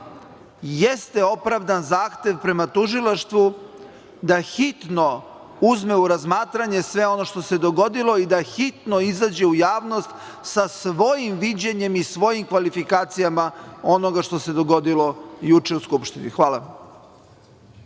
jeste opravdan zahtev prema tužilaštvu da hitno uzme u razmatranje sve ono što se dogodilo i da hitno izađe u javnost sa svojim viđenjem i svojim kvalifikacijama onoga što se dogodilo juče u Skupštini. Hvala.